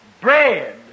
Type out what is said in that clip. bread